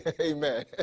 Amen